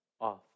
off